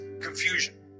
confusion